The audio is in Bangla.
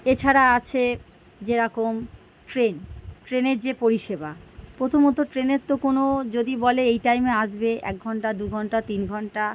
এছাড়া আছে যেরকম ট্রেন ট্রেনের যে পরিষেবা প্রথমত ট্রেনের তো কোনও যদি বলে এই টাইমে আসবে এক ঘন্টা দু ঘন্টা তিন ঘন্টা